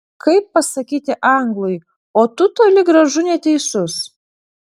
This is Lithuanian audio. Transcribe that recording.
kaip pasakyti anglui o tu toli gražu neteisus